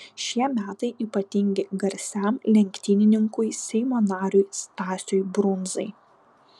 šie metai ypatingi garsiam lenktynininkui seimo nariui stasiui brundzai